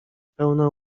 pełna